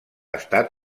estat